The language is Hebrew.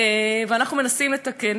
ואנחנו מנסים לתקן.